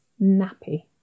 nappy